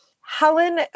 Helen